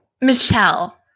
Michelle